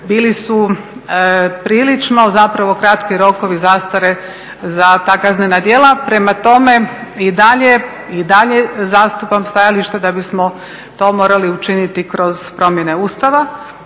bili su prilično zapravo kratki rokovi zastare za ta kaznena djela. Prema tome i dalje zastupam stajalište da bismo to morali učiniti kroz promjene Ustava,